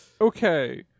okay